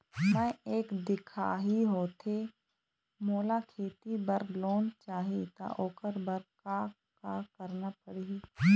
मैं एक दिखाही होथे मोला खेती बर लोन चाही त ओकर बर का का करना पड़ही?